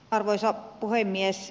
arvoisa puhemies